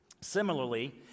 similarly